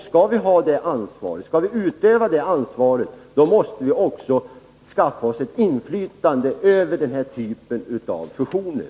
Skall vi utöva det ansvaret, måste vi också skaffa oss inflytande över denna typ av fusioner.